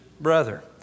brother